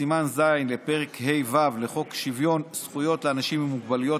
בסימן ז' לפרק ה'1 לחוק שוויון זכויות לאנשים עם מוגבלות,